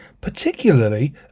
particularly